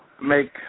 make